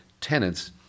tenants